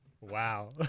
Wow